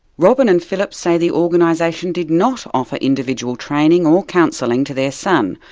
robyn and phillip say the organisation did not offer individual training or counselling to their son,